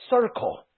circle